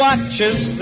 Watches